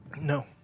No